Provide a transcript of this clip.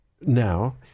now